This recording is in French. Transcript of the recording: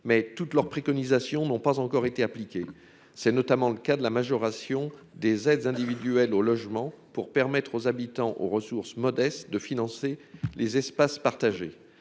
mais toutes leurs préconisations n'ont pas encore été appliqué, c'est notamment le cas de la majoration des aides individuelles au logement pour permettre aux habitants, aux ressources modestes de financer les espaces partagés